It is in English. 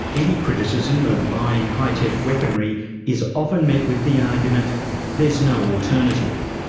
any criticism of buying high-tech weaponry is often met with the argument there's no alternative.